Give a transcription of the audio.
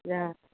हं